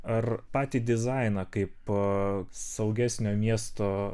ar patį dizainą kaip saugesnio miesto